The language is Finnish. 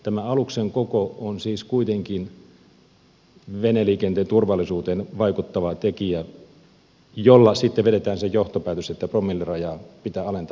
tämä aluksen koko on siis kuitenkin veneliikenteen turvallisuuteen vaikuttava tekijä jolla sitten vedetään se johtopäätös että promillerajaa pitää alentaa